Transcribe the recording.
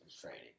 training